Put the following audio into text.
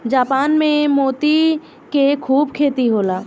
Japan में मोती के खूब खेती होला